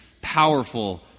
powerful